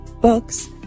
books